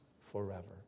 forever